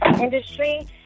industry